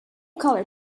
color